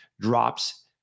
drops